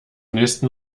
nächsen